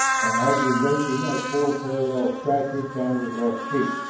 an angry raking of four parallel scratches down his left cheek.